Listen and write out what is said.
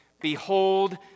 Behold